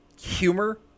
humor